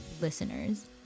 listeners